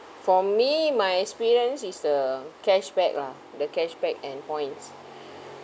for me my experience is the cashback lah the cashback and points